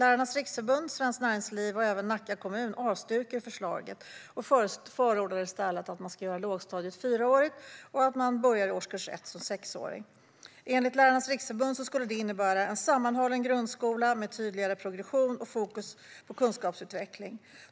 Lärarnas Riksförbund, Svenskt Näringsliv och även Nacka kommun avstyrker förslaget och förordar i stället att man ska göra lågstadiet fyraårigt och att man börjar i årskurs 1 som sexåring. Enligt Lärarnas Riksförbund skulle det innebära en sammanhållen grundskola med tydligare progression och fokus på kunskapsutveckling.